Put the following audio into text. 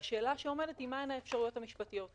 והשאלה שעומדת היא מהן האפשרויות המשפטיות.